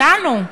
אותנו,